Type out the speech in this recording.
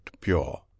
pure